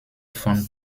von